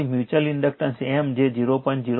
તેથી mutual inductance M જે 0